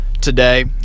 today